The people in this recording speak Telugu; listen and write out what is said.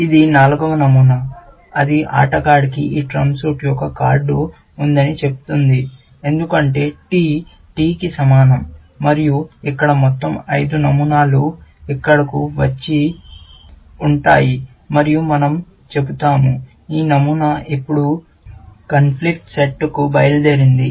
ఇది నాలుగవ నమూనా ఇది ఆటగాడికి ఈ ట్రంప్ సూట్ యొక్క కార్డు ఉందని చెప్తుంది ఎందుకంటే T T కి సమానం మరియు ఇక్కడ మొత్తం ఐదు నమూనాలు ఇక్కడకు వచ్చి కూర్చుంటాయి మరియు మన০ చెబుతాము ఈ నియమం ఇప్పుడు కాన్ఫ్లిక్ట్ సెట్ కు బయల్దేరింది